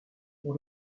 pour